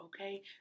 okay